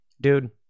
Dude